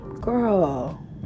girl